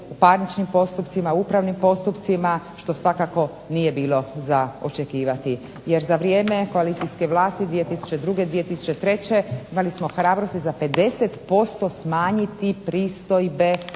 u parničnim postupcima, upravnim postupcima što svakako nije bilo za očekivati jer za vrijeme koalicijske vlasti 2002./2003. imali smo hrabrosti za 50% smanjiti pristojbe